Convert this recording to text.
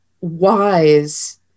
wise